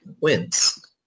wins